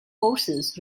forces